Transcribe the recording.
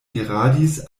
diradis